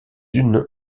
unes